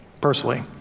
personally